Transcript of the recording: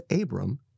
Abram